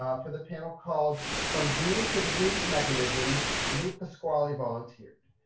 ah for the panel called from genes to disease mechanisms, lou pasquale volunteered.